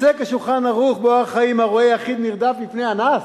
פוסק ה"שולחן ערוך" ב"אורח חיים": "הרואה יחיד הנרדף מפני אנס,